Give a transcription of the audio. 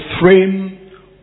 frame